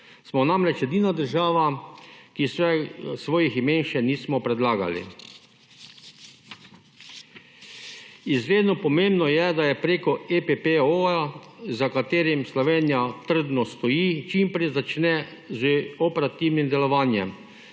Smo namreč edina država, ki svojih imen še nismo predlagali. Izredno pomembno je, da je preko EPPO, za katerem Slovenija trdno stoji čim prej začne že operativno delovanje.